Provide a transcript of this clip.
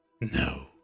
No